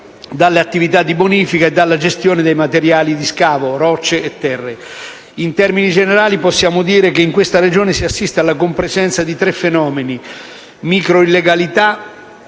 dalle attività di bonifica e dalla gestione dei materiali di scavo, come rocce e terre. In termini generali, possiamo dire che in questa Regione si assiste alla compresenza di tre fenomeni: una microillegalità